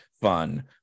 fun